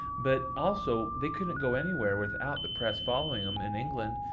but also, they couldn't go anywhere without the press following them in england,